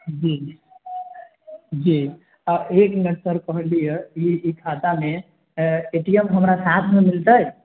जी जी आ एक मिनट सर कहली यऽ कि ई खाता मे ए टी एम हमरा साथ मे मिलतै